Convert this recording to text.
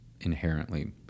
inherently